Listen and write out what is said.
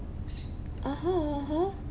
(uh huh) (uh huh)